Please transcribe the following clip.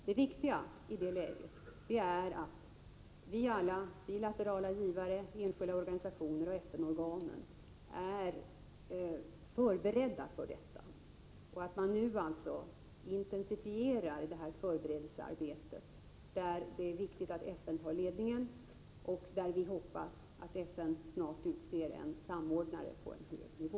Det viktiga i detta läge är att vi alla — bilaterala givare, enskilda organisationer och FN-organen — är förberedda för detta, och att man nu intensifierar förberedelsearbetet. Det är viktigt att FN tar ledningen för detta, och vi hoppas att FN snart utser en samordnare på en hög nivå.